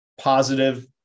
positive